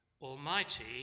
Almighty